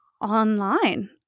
online